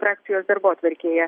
frakcijos darbotvarkėje